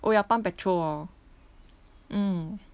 oh ya pump petrol orh mm